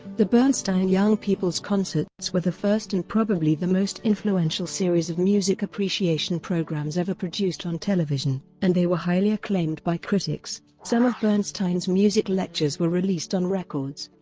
the bernstein young people's concerts were the first and probably the most influential series of music appreciation programs ever produced on television, and they were highly acclaimed by critics. some of bernstein's music lectures were released on records